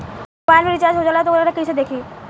Mobile में recharge हो जाला त वोकरा के कइसे देखी?